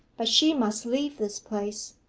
but she must leave this place.